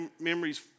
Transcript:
memories